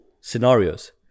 scenarios